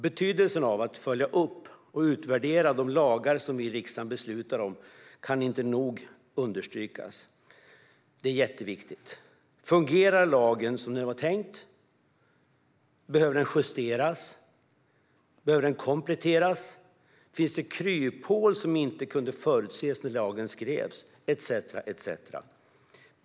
Betydelsen av att följa upp och utvärdera de lagar vi i riksdagen beslutar om kan inte nog understrykas. Det är jätteviktigt. Fungerar lagen som det var tänkt? Behöver den justeras? Behöver den kompletteras? Finns det kryphål som inte kunde förutses när lagen skrevs? Etcetera.